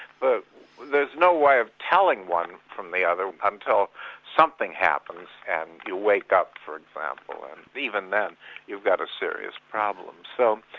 but there's no way of telling one from the other until something happens and you wake up, for example, and even then you've got a serious problem. so,